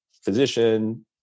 physician